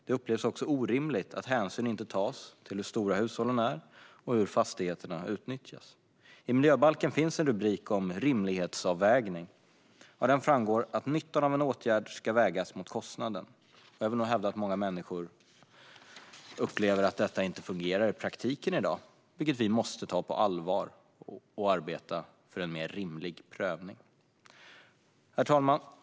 Det upplevs också orimligt att hänsyn inte tas till hur stora hushållen är och hur fastigheterna utnyttjas. I miljöbalken finns en rubrik om rimlighetsavvägning. Av den framgår att nyttan av en åtgärd ska vägas mot kostnaden, och jag vill nog hävda att många människor upplever att detta i dag inte fungerar i praktiken. Det måste vi ta på allvar, och vi måste arbeta för en rimligare prövning. Herr talman!